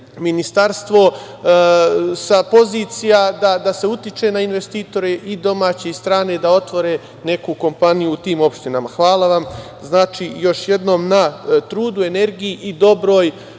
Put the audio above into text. ministarstvo, sa pozicija da se utiče na investitore i domaće i strane da otvore neku kompaniju u tim opštinama. Hvala vam još jednom na trudu i energiji i dobroj